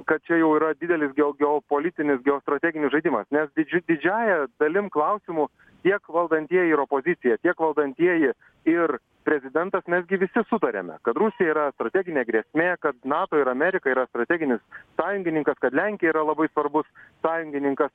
kad čia jau yra didelis geo geopolitinis geostrateginis žaidimas nes didžia didžiąja dalim klausimų tiek valdantieji ir opozicija tiek valdantieji ir prezidentas mes gi visi sutariame kad rusija yra strateginė grėsmė kad nato ir amerika yra strateginis sąjungininkas kad lenkija yra labai svarbus sąjungininkas